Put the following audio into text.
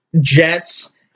Jets